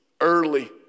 early